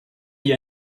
die